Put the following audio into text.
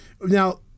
Now